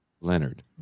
Leonard